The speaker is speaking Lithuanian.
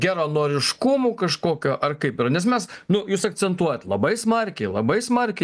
geranoriškumo kažkokio ar kaip yra nes mes nu jūs akcentuojat labai smarkiai labai smarkiai